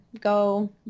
go